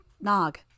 Nog